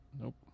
Nope